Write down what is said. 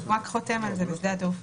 חותם על זה בשדה התעופה.